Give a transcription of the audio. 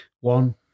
One